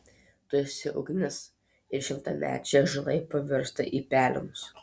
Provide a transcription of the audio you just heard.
tu esi ugnis ir šimtamečiai ąžuolai pavirsta į pelenus